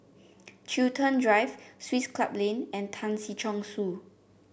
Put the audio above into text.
Chiltern Drive Swiss Club Lane and Tan Si Chong Su